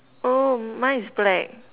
oh mine is black